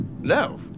No